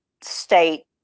state